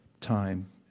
time